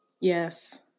Yes